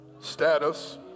status